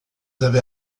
avez